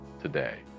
today